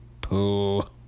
pooh